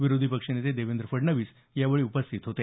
विरोधी पक्षनेते देवेंद्र फडणवीस यावेळी उपस्थित होते